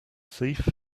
thief